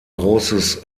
großes